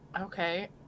Okay